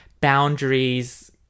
boundaries